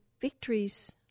victories